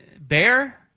bear